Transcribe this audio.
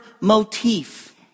motif